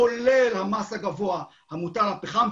כולל המס הגבוה המוטל על פחם.